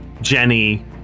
Jenny